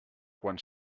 quan